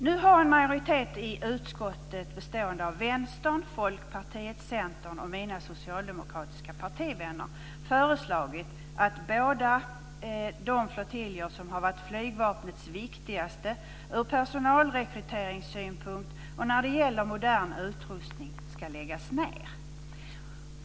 Nu har en majoritet i utskottet, bestående av Vänstern, Folkpartiet, Centern och mina socialdemokratiska partivänner, föreslagit att båda de flottiljer som har varit flygvapnets viktigaste ur personalrekryteringssynpunkt och när det gäller modern utrustning ska läggas ned.